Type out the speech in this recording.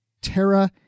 Terra